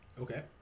okay